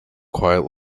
quiet